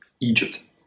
Egypt